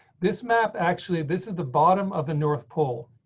this map actually, this is the bottom of the north pole.